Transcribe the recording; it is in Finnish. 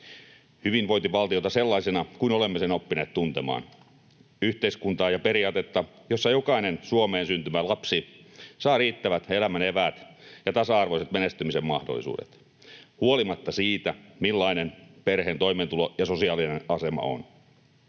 hyvinvointivaltiota sellaisena kuin olemme sen oppineet tuntemaan, yhteiskuntaa ja periaatetta, jossa jokainen Suomeen syntyvä lapsi saa riittävät elämän eväät ja tasa-arvoiset menestymisen mahdollisuudet huolimatta siitä, millainen perheen toimeentulo ja sosiaalinen asema on,